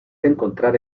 encontrar